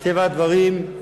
מטבע הדברים,